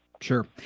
Sure